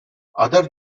other